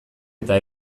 eta